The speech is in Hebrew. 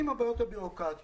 עם הבעיות הבירוקרטיות,